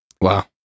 Wow